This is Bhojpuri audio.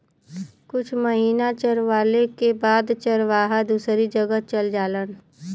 कुछ महिना चरवाले के बाद चरवाहा दूसरी जगह चल जालन